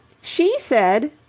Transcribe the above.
she said.